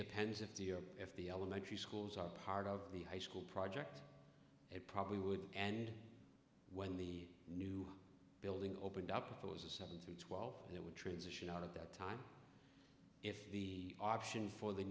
depends if the if the elementary schools are part of the high school project it probably would and when the new building opened up it was a seven through twelve and it would transition out of that time if the option for the